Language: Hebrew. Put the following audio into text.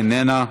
איננה,